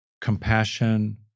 compassion